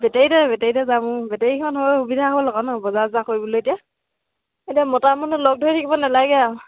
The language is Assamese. বেটাৰীতে বেটাৰীতে যাম বেটাৰীখন হয় সুবিধা হ'ল আকৌ ন বজাৰ ছজাৰ কৰিবলৈ এতিয়া এতিয়া মতা মানুহ লগ ধৰি থাকিব নেলাগে আৰু